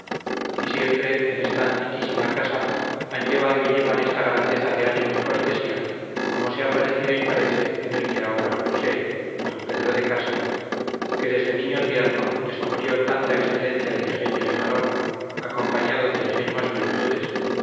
y siempre en esta antiquísima casa han llevado y llevan esta grandeza de ánimo y cortesía como se ha parecido y parece en el que ahora lo posee d pedro de castro que desde niño tierno descubrió tanta excelencia de ingenio y valor acompañado de ingenuas virtudes